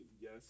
yes